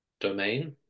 domain